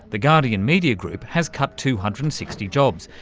the guardian media group has cut two hundred and sixty jobs,